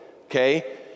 okay